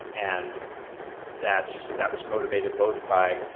and that's that was motivated both by,